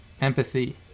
empathy